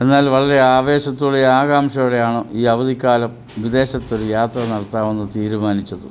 എന്നാൽ വളരെ ആവേശത്തോടെ ആകാംക്ഷയോടെയാണ് ഈ അവധിക്കാലം വിദേശത്ത് ഒരു യാത്ര നടത്താമെന്ന് തീരുമാനിച്ചത്